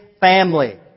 family